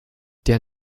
der